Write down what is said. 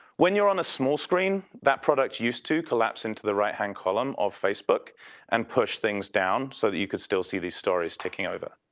when you're on a small screen, that product used to collapse into the right-hand column of facebook and push things down so that you could still see these stories ticking over.